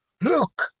Look